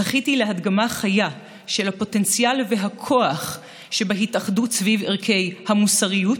זכיתי להדגמה חיה של הפוטנציאל והכוח שבהתאחדות סביב ערכי המוסריות,